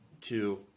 Two